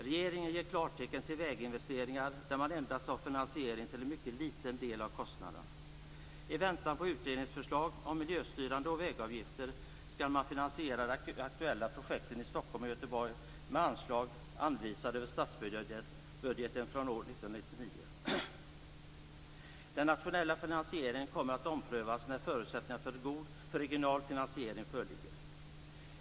Regeringen ger klartecken till väginvesteringar där man endast har finansiering till en mycket liten del av kostnaderna. I väntan på utredningsförslag om miljöstyrande vägavgifter skall man finansiera de aktuella projekten i Stockholm och Göteborg med anslag anvisade över statsbudgeten fr.o.m. år 1999. Den nationella finansieringen kommer att omprövas när förutsättningarna för regional finansiering föreligger.